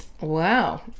Wow